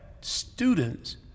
students